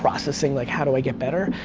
processing like how do i get better?